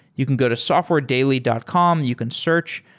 you can go to softwaredaily dot com, you can search,